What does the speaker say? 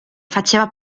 faceva